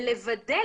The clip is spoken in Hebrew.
בלוודא,